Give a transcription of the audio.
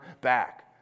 back